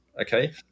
okay